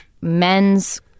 men's